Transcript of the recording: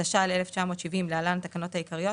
התש"ל 1970 (להלן התקנות העיקריות),